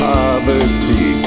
poverty